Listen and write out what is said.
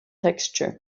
texture